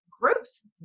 groups